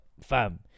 fam